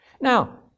Now